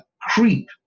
creep